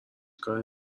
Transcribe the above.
کاری